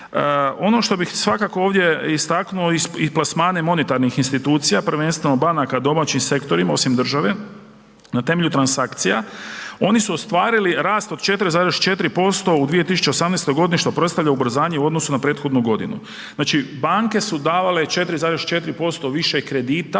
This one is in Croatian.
Ono što bih svakako ovdje istaknuo i plasmane monetarnih institucija prvenstveno banaka domaćim sektorima osim države na temelju transakcija. Oni su ostvarili rast od 4,4% u 2018. godini što predstavlja ubrzanje u odnosu na prethodnu godinu. Znači banke su davale 4,4% više kredita